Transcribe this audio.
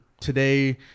today